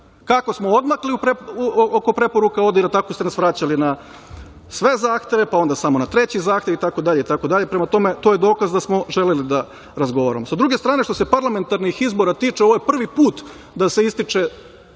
kako smo odmakli oko preporuka ODIHR-a, tako ste nas vraćali na sve zahteve, pa onda na treći zahtev itd. Prema tome, to je dokaz da smo želeli da razgovaramo.S druge strane, što se parlamentarnih izbora tiče, ovo je prvi put da se ističe